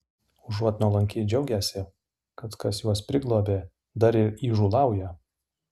užuot nuolankiai džiaugęsi kad kas juos priglobė dar ir įžūlauja